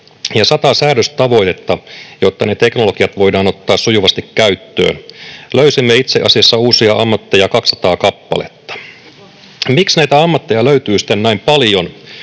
ja sata säädöstavoitetta, jotta ne teknologiat voidaan ottaa sujuvasti käyttöön. Löysimme itse asiassa uusia ammatteja 200 kappaletta. Miksi näitä ammatteja löytyy sitten näin paljon?